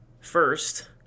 first